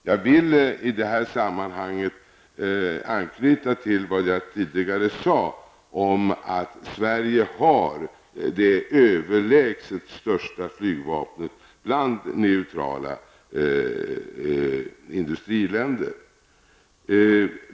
Jag vill i det här sammanhanget anknyta till vad jag tidigare sade om att Sverige har det överlägset största flygvapnet bland neutrala industriländer.